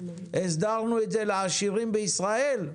הסדרנו את זה לעשירים בישראל?